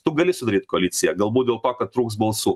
tu gali sudaryt koaliciją galbūt dėl to kad trūks balsų